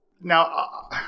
Now